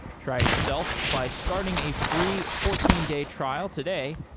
try it yourself by starting a free fourteen day trial today.